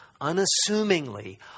unassumingly